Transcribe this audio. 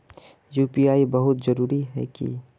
UPI बहुत जरूरी है की?